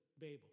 Babel